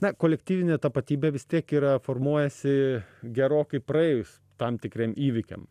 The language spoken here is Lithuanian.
na kolektyvinė tapatybė vis tiek yra formuojasi gerokai praėjus tam tikriem įvykiam